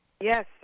Yes